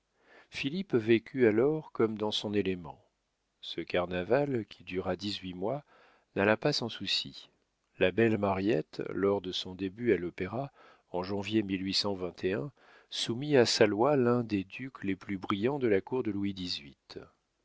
philippe vécut alors comme dans son élément ce carnaval qui dura dix-huit mois n'alla pas sans soucis la belle mariette lors de son début à l'opéra en janvier soumis à sa loi l'un des ducs les plus brillants de la cour de louis